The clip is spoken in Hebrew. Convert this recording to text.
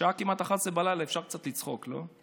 השעה כמעט 23:00, בלילה, אפשר קצת לצחוק, לא?